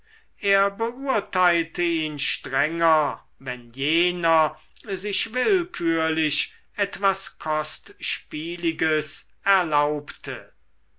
er beurteilte ihn strenger wenn jener sich willkürlich etwas kostspieliges erlaubte